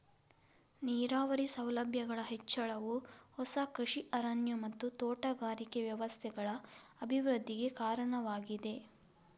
ನೀರಾವರಿ ಸೌಲಭ್ಯಗಳ ಹೆಚ್ಚಳವು ಹೊಸ ಕೃಷಿ ಅರಣ್ಯ ಮತ್ತು ತೋಟಗಾರಿಕೆ ವ್ಯವಸ್ಥೆಗಳ ಅಭಿವೃದ್ಧಿಗೆ ಕಾರಣವಾಗಿದೆ